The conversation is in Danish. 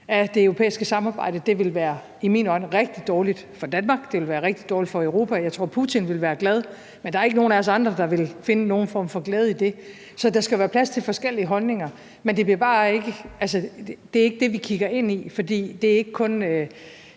af det europæiske samarbejde. Det ville i mine øjne være rigtig dårligt for Danmark. Det ville være rigtig dårligt for Europa. Jeg tror, at Putin ville være glad, men der er ikke nogen af os andre, der ville finde nogen form for glæde i det. Så der skal være plads til forskellige holdninger, men det er ikke det, vi kigger ind i, for det er ikke kun